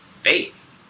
faith